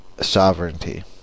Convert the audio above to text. sovereignty